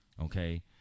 Okay